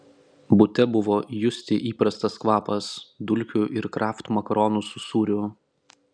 bute buvo justi įprastas kvapas dulkių ir kraft makaronų su sūriu